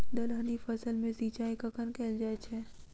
दलहनी फसल मे सिंचाई कखन कैल जाय छै?